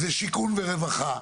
זה שיכון ורווחה.